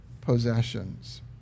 possessions